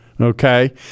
Okay